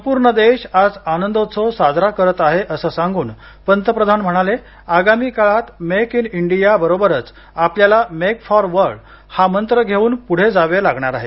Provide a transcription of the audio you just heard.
संपूर्ण देश आज आनंदोत्सव साजरा करत आहे असं सांगून पंतप्रधान म्हणाले आगामी काळात मेक इन इंडिया बरोबरच आपल्याला मेक फॉर वर्ल्ड हा मंत्र घेऊन पुढे जावे लागणार आहे